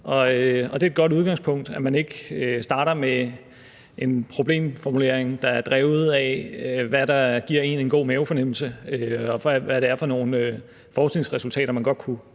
det er et godt udgangspunkt, at man ikke starter med en problemformulering, der er drevet af, hvad der giver én en god mavefornemmelse, og hvad det er for nogle forskningsresultater, man godt kunne